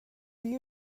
you